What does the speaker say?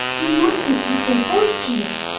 you mustn't be so boisterous!